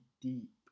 deep